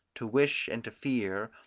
to wish and to fear,